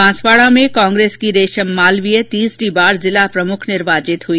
बांसवाड़ा में कांग्रेस की रेशम मालवीय तीसरी बार जिला प्रमुख निर्वाचित हुई